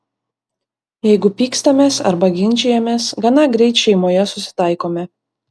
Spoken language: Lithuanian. jeigu pykstamės arba ginčijamės gana greit šeimoje susitaikome